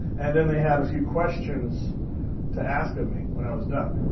and then they had a few questions to ask of me when i was done.